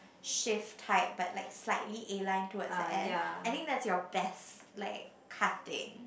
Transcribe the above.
shift tight but like slightly airline toward the end I think that's your best like cutting